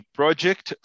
project